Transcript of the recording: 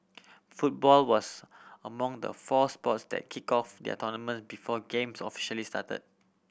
football was among the four sports that kicked off their tournament before games officially started